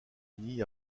uni